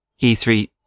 e3